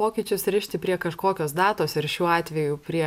pokyčius rišti prie kažkokios datos ir šiuo atveju prie